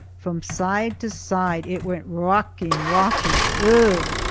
from side to side it went rocking, rocking. ugh!